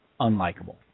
unlikable